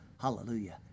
Hallelujah